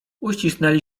uścisnęli